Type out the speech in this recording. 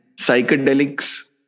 psychedelics